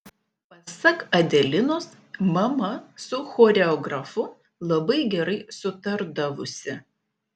pasak adelinos mama su choreografu labai gerai sutardavusi